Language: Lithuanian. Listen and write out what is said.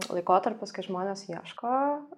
laikotarpis kai žmonės ieško